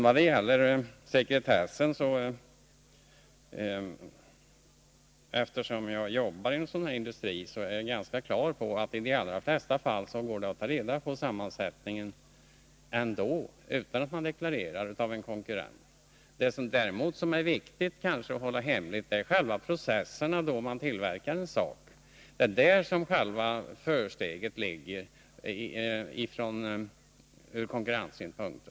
Vad beträffar sekretessen vill jag säga att jag, eftersom jag arbetar inom en sådan här industri, är ganska övertygad om att det i de allra flesta fall går att ta reda på sammansättningen utan deklaration. Vad som däremot kan vara viktigt att hemlighålla är själva processerna i tillverkning av en sak. Det är där som själva försteget ligger från konkurrenssynpunkt.